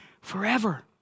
forever